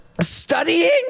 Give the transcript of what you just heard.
studying